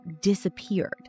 disappeared